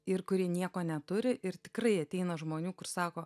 ir kurie nieko neturi ir tikrai ateina žmonių kur sako